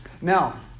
Now